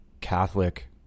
Catholic